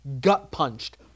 gut-punched